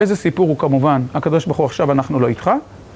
איזה סיפור הוא כמובן, הקדוש ברוך הוא עכשיו אנחנו לא איתך?